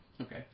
Okay